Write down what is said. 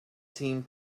team